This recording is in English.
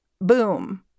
boom